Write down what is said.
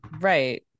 Right